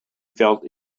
felt